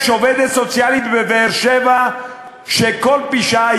יש עובדת סוציאלית בבאר-שבע שכל פשעה